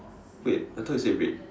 wait I thought you say red